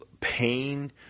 pain